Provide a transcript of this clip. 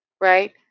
right